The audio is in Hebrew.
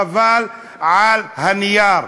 חבל על הנייר.